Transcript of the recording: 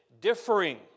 Differing